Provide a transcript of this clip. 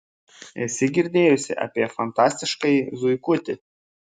esi girdėjusi apie fantastiškąjį zuikutį